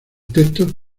texto